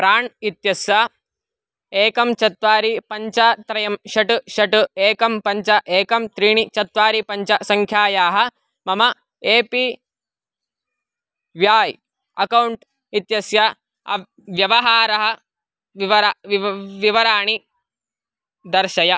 प्राण् इत्यस्य एकं चत्वारि पञ्च त्रयं षट् षट् एकं पञ्च एकं त्रीणि चत्वारि पञ्च सङ्ख्यायाः मम ए पी व्याय् अकौण्ट् इत्यस्य अव् व्यवहारः विवरणं विवराणनि दर्शय